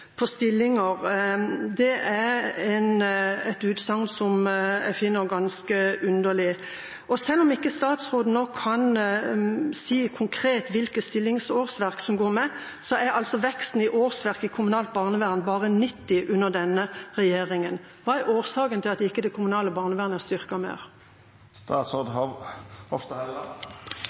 på stillinger. Det er et utsagn som jeg finner ganske underlig. Og selv om ikke statsråden nå kan si konkret hvilke stillingsårsverk som går med, er altså veksten i årsverk i kommunalt barnevern bare 90 under denne regjeringa. Hva er årsaken til at det kommunale barnevernet ikke er styrket mer?